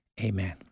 Amen